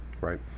right